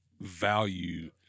value